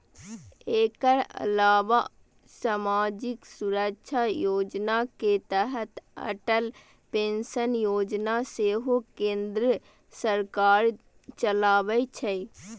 एकर अलावा सामाजिक सुरक्षा योजना के तहत अटल पेंशन योजना सेहो केंद्र सरकार चलाबै छै